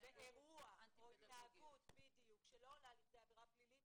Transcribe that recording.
ואירוע או התנהגות שלא עולים כדי עבירה פלילית